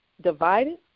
divided